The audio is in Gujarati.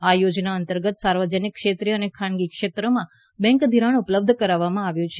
આ યોજના અંતર્ગત સાર્વજનિક ક્ષેત્ર અને ખાનગી ક્ષેત્રમાં બેન્ક ધિરાણ ઉપલબ્ધ કરાવવામાં આવ્યું છે